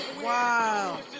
Wow